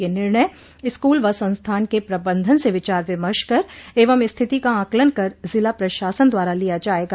यह निर्णय स्कूल व संस्थान के प्रबन्धन से विचार विमर्श कर एवं स्थिति का आंकलन कर जिला प्रशासन द्वारा लिया जाएगा